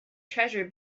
treasure